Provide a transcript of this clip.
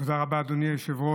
תודה רבה, אדוני היושב-ראש.